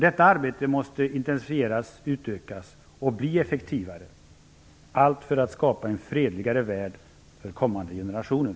Detta arbete måste intensifieras, utökas och bli effektivare - allt för att skapa en fredligare värld för kommande generationer.